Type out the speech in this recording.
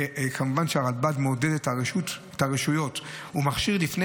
כמובן שהרלב"ד מעודדת את הרשויות ומכשירה לפני